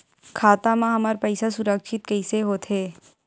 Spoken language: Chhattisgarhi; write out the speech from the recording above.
खाता मा हमर पईसा सुरक्षित कइसे हो थे?